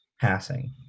passing